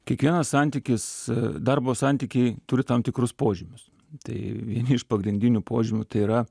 kiekvienas santykis darbo santykiai turi tam tikrus požymius tai iš pagrindinių požymių tai yra